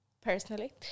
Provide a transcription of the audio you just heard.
personally